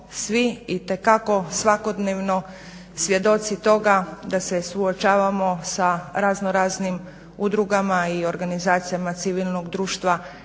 svi itekako svakodnevno svjedoci toga da se suočavamo sa raznoraznim udrugama i organizacijama civilnog društva